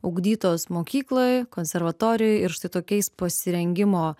ugdytos mokykloj konservatorijoj ir štai tokiais pasirengimo